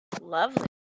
Lovely